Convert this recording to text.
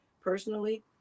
personally